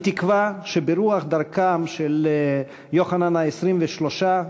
אני תקווה שברוח דרכו של יוחנן ה-23,